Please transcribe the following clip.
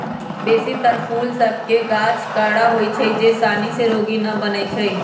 बेशी तर फूल सभ के गाछ कड़ा होइ छै जे सानी से रोगी न बनै छइ